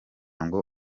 ngo